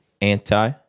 Anti